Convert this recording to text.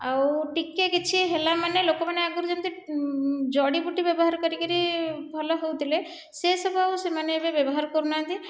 ଆଉ ଟିକିଏ କିଛି ହେଲାମାନେ ଲୋକମାନେ ଆଗରୁ ଯେମିତି ଜଡ଼ିବୁଟି ବ୍ୟବହାର କରିକରି ଭଲ ହେଉଥିଲେ ସେସବୁ ଆଉ ସେମାନେ ଏବେ ବ୍ୟବହାର କରୁନାହାନ୍ତି